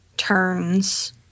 Turns